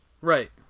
Right